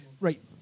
right